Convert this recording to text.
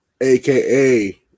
aka